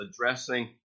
addressing